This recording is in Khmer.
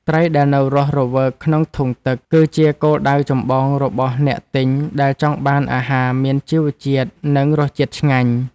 ត្រីដែលនៅរស់រវើកក្នុងធុងទឹក គឺជាគោលដៅចម្បងរបស់អ្នកទិញដែលចង់បានអាហារមានជីវជាតិនិងរសជាតិឆ្ងាញ់។